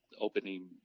opening